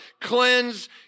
cleanse